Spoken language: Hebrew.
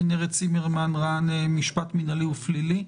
כנרת צימרמן רע"ן משפט מינהלי ופלילי,